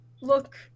look